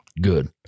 good